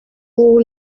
pour